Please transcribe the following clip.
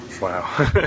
Wow